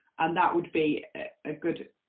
and that would be a good